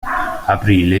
aprile